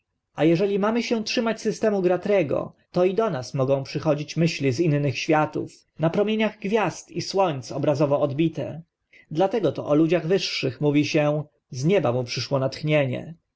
a eśli mamy się trzymać systemu gratrego to i do nas mogą przychodzić myśli z innych światów na promieniach gwiazd i słońc obrazowo odbite dlatego to o ludziach wyższych mówi się z nieba mu przyszło natchnienie